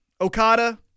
Okada